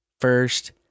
first